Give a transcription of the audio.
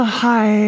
hi